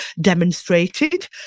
demonstrated